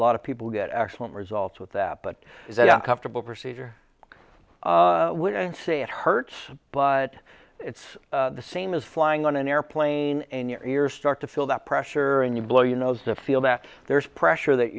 lot of people get excellent results with that but that i'm comfortable procedure when i say it hurts but it's the same as flying on an airplane and your ears start to feel that pressure and you blow your nose the feel that there's pressure that